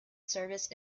services